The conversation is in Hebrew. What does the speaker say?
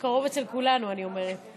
בקרוב אצל כולנו, אני אומרת.